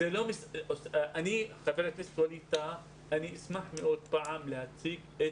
אני אשמח מאוד להציג פעם את